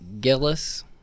Gillis